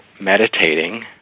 meditating